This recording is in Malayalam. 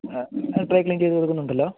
ആ ആ ഡ്രൈ ക്ലീന് ചെയ്ത് കൊടുക്കുന്നുണ്ടല്ലോ